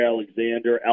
Alexander